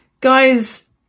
Guys